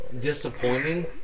disappointing